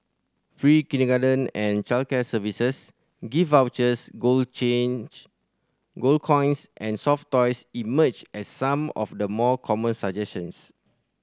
free kindergarten and childcare services gift vouchers gold change gold coins and soft toys emerged as some of the more common suggestions